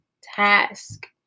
task